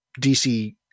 DC